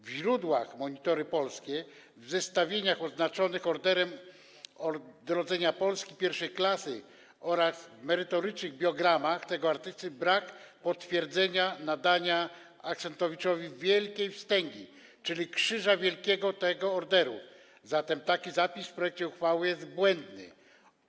W źródłach „Monitory Polskie” w zestawieniach odznaczonych Orderem Odrodzenia Polski I klasy oraz w merytorycznych biogramach tego artysty brak potwierdzenia nadania Axentowiczowi Wielkiej Wstęgi, czyli Krzyża Wielkiego tego orderu, zatem taki zapis w projekcie uchwały jest błędny.